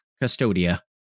Custodia